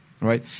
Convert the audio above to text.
right